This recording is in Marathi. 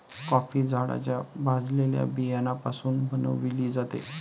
कॉफी झाडाच्या भाजलेल्या बियाण्यापासून बनविली जाते